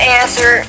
answer